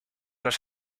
los